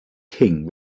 king